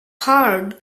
hard